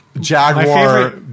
jaguar